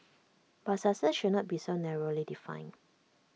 but success should not be so narrowly defined